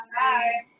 Hi